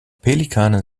pelikane